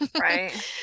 right